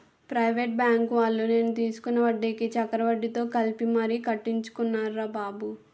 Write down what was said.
private బాంకువాళ్ళు నేను తీసుకున్న వడ్డీకి చక్రవడ్డీతో కలిపి మరీ కట్టించుకున్నారురా బాబు